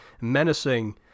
menacing